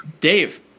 Dave